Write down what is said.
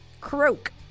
croak